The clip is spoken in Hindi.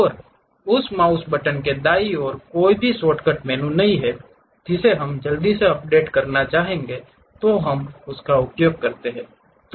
और उस माउस बटन के दाईं ओर कोई भी शॉर्टकट मेनू है जिसे हम जल्दी से अपडेट करना चाहेंगे तो हम उसका उपयोग करते हैं